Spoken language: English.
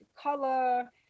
color